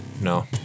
No